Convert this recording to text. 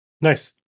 Nice